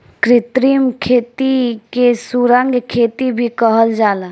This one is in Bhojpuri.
कृत्रिम खेती के सुरंग खेती भी कहल जाला